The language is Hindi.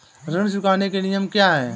ऋण चुकाने के नियम क्या हैं?